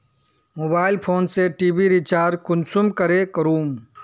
Mobile phone से TV recharge कुंसम करे करूम?